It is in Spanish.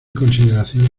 consideración